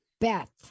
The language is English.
Beth